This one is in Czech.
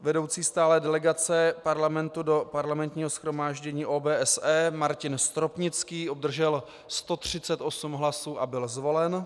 Vedoucí stálé delegace Parlamentu do Parlamentního shromáždění OBSE Martin Stropnický obdržel 138 hlasů a byl zvolen.